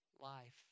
life